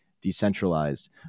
decentralized